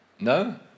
No